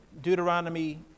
Deuteronomy